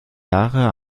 jahre